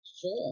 Sure